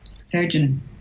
surgeon